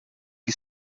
que